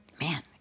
Man